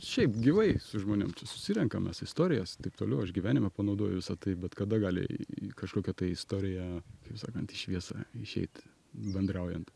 šiaip gyvai su žmonėm čia susirenkam mes istorijas taip toliau aš gyvenime panaudoju visa tai bet kada gali kažkokia istorija kaip sakant į šviesą išeit bendraujant